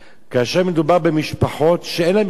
כאשר מדובר במשפחות שאין להן יכולת.